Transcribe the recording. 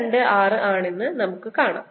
226 ആണെന്ന് കാണാം